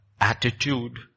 attitude